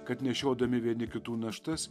kad nešiodami vieni kitų naštas